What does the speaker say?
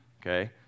Okay